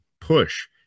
push